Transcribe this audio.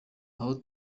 aho